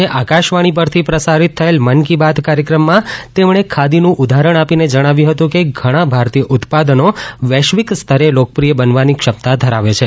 આજે આકાશવાણી પરથી પ્રસારિત થયેલ મન કી બાત કાર્યક્રમમાં તેમણે ખાદીનું ઉદાહરણ આપીને જણાવ્યું હતું કે ઘણા ભારતીય ઉત્પાદનો વૈશ્વિક સ્તરે લોકપ્રિય બનવાની ક્ષમતા ધરાવે છે